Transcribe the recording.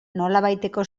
nolabaiteko